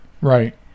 Right